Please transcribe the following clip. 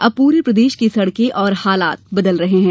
अब पूरे प्रदेश की सड़के और हालात बदल रहे हैं